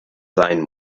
sein